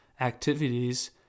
activities